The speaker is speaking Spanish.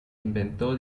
inventó